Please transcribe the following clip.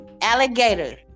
Alligator